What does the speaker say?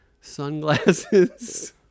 sunglasses